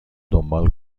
دنبال